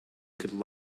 could